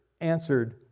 answered